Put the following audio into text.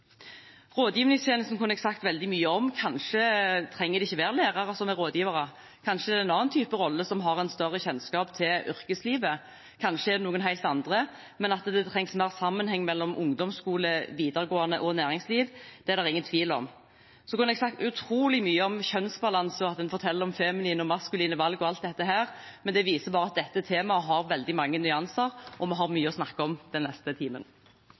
Rådgivningstjenesten kunne jeg ha sagt veldig mye om. Kanskje trenger det ikke være lærere som er rådgivere, kanskje er det en annen type rolle som har større kjennskap til yrkeslivet, kanskje er det noen helt andre. Men at det trengs mer sammenheng mellom ungdomsskole, videregående og næringsliv, er det ingen tvil om. Jeg kunne også ha sagt utrolig mye om kjønnsbalanse og at en forteller om feminine og maskuline valg og alt dette, men det viser bare at dette temaet har veldig mange nyanser, og vi har mye å snakke om den neste timen.